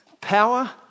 power